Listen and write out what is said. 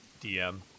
DM